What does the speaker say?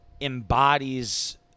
Embodies